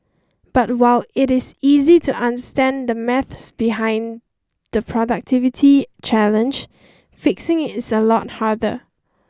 but while it is easy to understand the maths behind the productivity challenge fixing is a lot harder